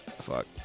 Fuck